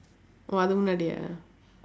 oh அதுக்கு முன்னாடி:athukku munnaadi ah